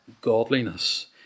godliness